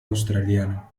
australiano